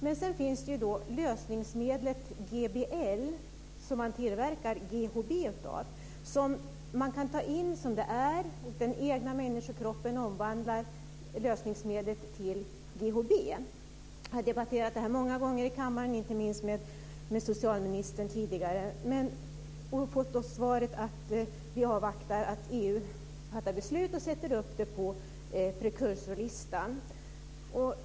Men sedan finns då lösningsmedlet GBL som man tillverkar GHB av. Det kan tas in som det är, och människokroppen omvandlar lösningsmedlet till Jag har debatterat detta många gånger tidigare i kammaren, inte minst med socialministern, och då fått svaret att man avvaktar att EU fattar beslut och sätter upp det på precursor-listan.